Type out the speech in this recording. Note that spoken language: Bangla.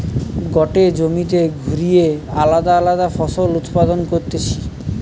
গটে জমিতে ঘুরিয়ে আলদা আলদা ফসল উৎপাদন করতিছে